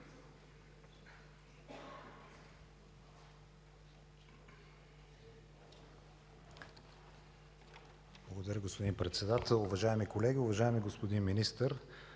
Благодаря, господин Председател. Уважаеми колеги! Уважаеми господин Министър,